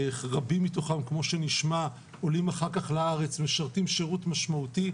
רבים מהם עולים אחר כך לארץ ומשרתים שירות משמעותי.